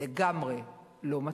לגמרי לא מצחיק.